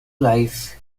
life